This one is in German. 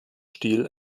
stil